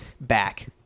back